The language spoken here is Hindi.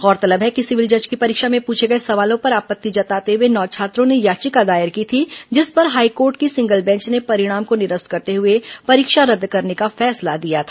गौरतलब है कि सिविल जज की परीक्षा में पूछे गए सवालों पर आपत्ति जताते हुए नौ छात्रों ने याचिका दायर की थी जिस पर हाईकोर्ट की सिंगल बेंच ने परिणाम को निरस्त करते हुए परीक्षा रद्द करने का फैसला दिया था